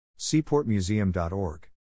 seaportmuseum.org